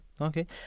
okay